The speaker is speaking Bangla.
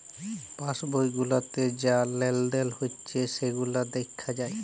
পাস বই গুলাতে যা লেলদেল হচ্যে সেগুলা দ্যাখা যায়